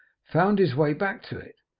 found his way back to it.